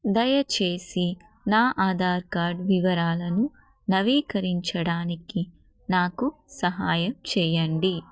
దయచేసి నా ఆధార్ కార్డ్ వివరాలను నవీకరించడానికి నాకు సహాయం చెయ్యండి